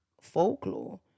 folklore